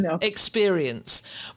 experience